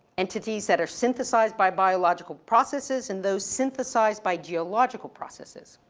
entities that are synthesized by biological processes and those synthesized by geological processes.